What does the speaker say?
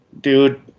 dude